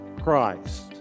Christ